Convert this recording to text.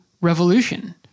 revolution